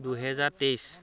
দুহেজাৰ তেইছ